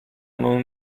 non